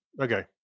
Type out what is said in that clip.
Okay